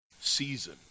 season